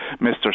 Mr